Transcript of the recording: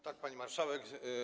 Tak, pani marszałek.